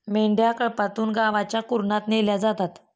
मेंढ्या कळपातून गावच्या कुरणात नेल्या जातात